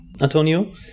Antonio